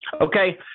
Okay